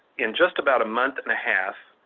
in just about a month and a half,